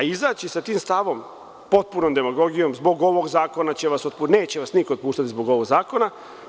Izaći sa tim stavom, potpunom demagogijom – zbog ovog zakona će vas otpuštati, neće vas niko otpuštati zbog ovog zakona.